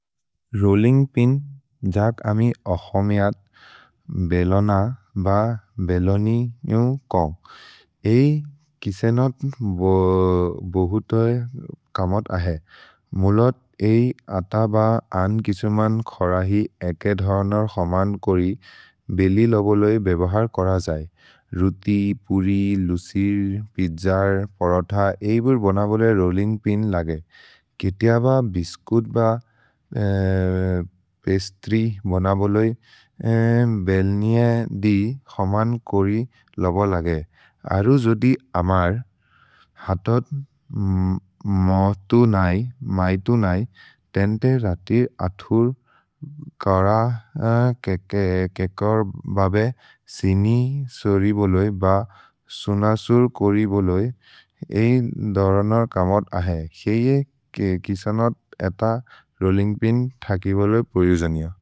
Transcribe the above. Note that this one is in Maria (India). Rolling pin, जक् अमि अहोमिअत् बेलोन ब बेलोनिनु कोन्ग्। एइ किसेनोत् बोहुतो कमोत् अहे। मुलोत् एइ अत ब अन् किसुमन् खरहि एकेधरनर् होमन् कोरि बेलि लोबोलोइ बेबहर् कोर जै। रुति, पुरि, लुसिर्, पिज्जर्, परथ, एइ बुर् बोन बोले रोल्लिन्ग् पिन् लगे। कितिअ ब बिस्कुत् ब पेस्त्रि बोन बोलोइ बेल्निए दि होमन् कोरि लोबोलगे। अरु जोदि अमर् हतत् मैतु नै तेन्ते रतिर् अथुर् कर केकर् बबे सिनिसोरि बोलोइ ब सुनसुर् कोरि बोलोइ एइ दरनर् कमोत् अहे। केइए किसेनोत् एत रोल्लिन्ग् पिन् थकि बोलोइ पुरि उजनिअ।